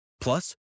Plus